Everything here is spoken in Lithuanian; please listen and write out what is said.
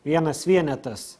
vienas vienetas